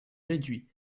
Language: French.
réduit